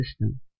system